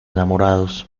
enamorados